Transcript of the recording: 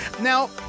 Now